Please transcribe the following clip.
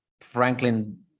Franklin